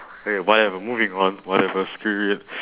okay whatever moving on whatever screw it